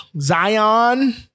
Zion